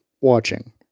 watching